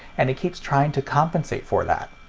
and it keeps trying to compensate for that.